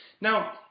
Now